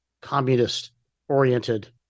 communist-oriented